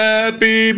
Happy